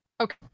Okay